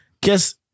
guess